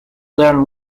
learn